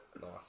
Nice